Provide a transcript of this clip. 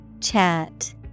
Chat